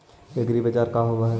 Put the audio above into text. एग्रीबाजार का होव हइ?